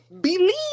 believe